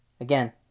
Again